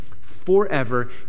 forever